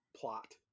plot